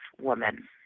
Woman